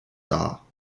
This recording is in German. dar